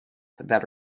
that